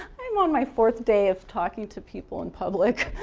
i'm on my fourth day of talking to people in public